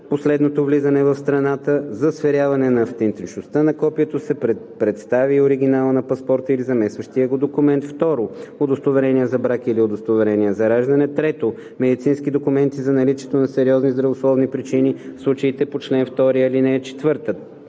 последното влизане в страната; за сверяване автентичността на копието се представя и оригиналът на паспорта или заместващия го документ; 2. удостоверение за брак или удостоверение за раждане; 3. медицински документи за наличието на сериозни здравословни причини в случаите по чл. 2, ал.